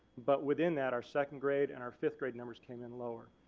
but within that our second grade and our fifth grade numbers came in lower.